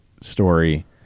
story